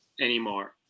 anymore